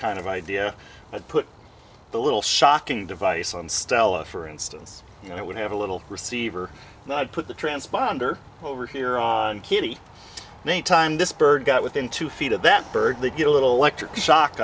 kind of idea and put the little shocking device on stella for instance and it would have a little receiver not put the transponder over here on kitty one time this bird got within two feet of that bird they get a little electric shock